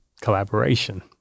collaboration